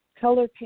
color